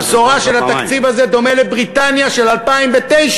הבשורה של התקציב הזה דומה לבריטניה של 2009,